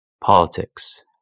politics